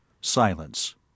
Silence